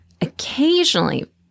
occasionally